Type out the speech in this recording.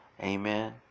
amen